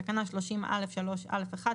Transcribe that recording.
בתקנה 30(א)(3)(א)(1),